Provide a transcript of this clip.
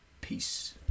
Peace